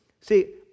See